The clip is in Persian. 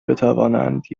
بتوانند